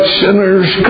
sinner's